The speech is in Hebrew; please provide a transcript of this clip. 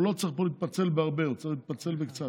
הוא לא צריך להתפצל בהרבה, הוא צריך להתפצל קצת.